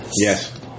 Yes